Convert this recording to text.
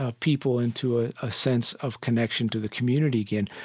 ah people into ah a sense of connection to the community again.